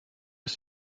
ist